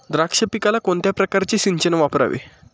द्राक्ष पिकाला कोणत्या प्रकारचे सिंचन वापरावे?